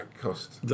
cost